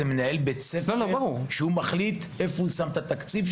זה מנהל בית הספר שקובע ומחליט איפה הוא שם את התקציב שלו.